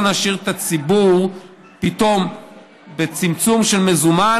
נשאיר את הציבור פתאום בצמצום של מזומן,